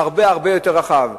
באופן הרבה הרבה יותר רחב.